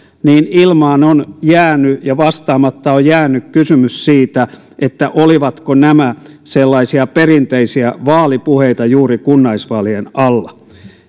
ilmaan on jäänyt ja vastaamatta on jäänyt kysymys siitä olivatko nämä sellaisia perinteisiä vaalipuheita juuri kunnallisvaalien alla